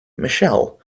michelle